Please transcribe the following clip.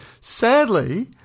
Sadly